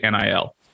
NIL